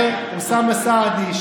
ואוסאמה סעדי,